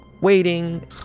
waiting